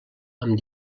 amb